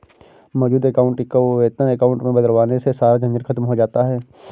मौजूद अकाउंट को वेतन अकाउंट में बदलवाने से सारा झंझट खत्म हो जाता है